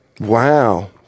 Wow